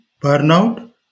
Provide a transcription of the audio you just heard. burnout